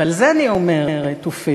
ועל זה אני אומרת, אופיר,